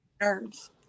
nerves